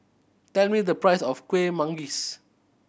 tell me the price of Kueh Manggis